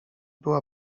była